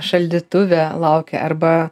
šaldytuve laukia arba